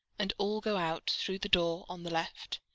and all go out through the door on the left,